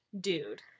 dude